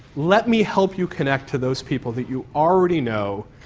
let me help you connect to those people that you already know.